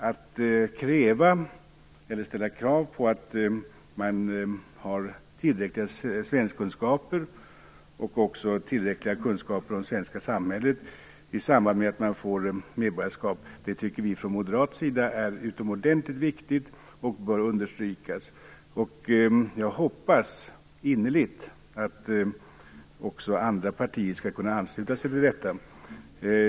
Att ställa krav på att man har tillräckliga kunskaper i svenska och också tillräckliga kunskaper om det svenska samhället i samband med att man får sitt medborgarskap tycker vi från moderat sida är utomordentligt viktigt och bör understrykas. Jag hoppas innerligt att också andra partier skall kunna ansluta sig till detta.